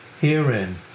Herein